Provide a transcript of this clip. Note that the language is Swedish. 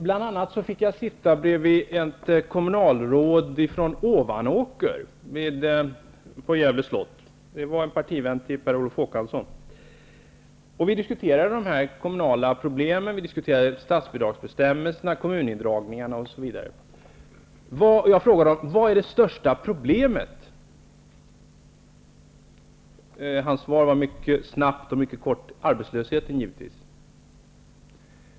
Bl.a. fick jag på Gävle slott sitta bredvid ett kommunalråd från Ovanåker, en partivän till Per Olof Håkansson. Vi diskuterade de kommunala problemen, vi diskuterade statsbidragsbestämmelserna, kommunindragningarna, osv. Jag frågade kommunalrådet: Vad är det största problemet? Hans svar var mycket snabbt och mycket kort: Arbetslösheten, givetvis.